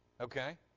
okay